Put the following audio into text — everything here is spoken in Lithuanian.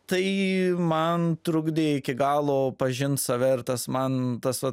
tai man trukdė iki galo pažint save ir tas man tas vat